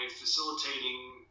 facilitating